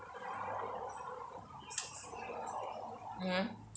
mmhmm